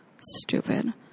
stupid